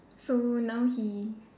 so now he